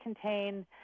contain